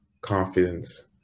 confidence